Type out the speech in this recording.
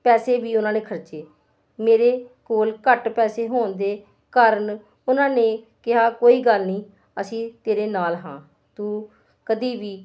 ਪੈਸੇ ਵੀ ਉਹਨਾਂ ਨੇ ਖਰਚੇ ਮੇਰੇ ਕੋਲ ਘੱਟ ਪੈਸੇ ਹੋਣ ਦੇ ਕਾਰਨ ਉਹਨਾਂ ਨੇ ਕਿਹਾ ਕੋਈ ਗੱਲ ਨਹੀਂ ਅਸੀਂ ਤੇਰੇ ਨਾਲ ਹਾਂ ਤੂੰ ਕਦੀ ਵੀ